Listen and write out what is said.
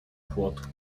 płot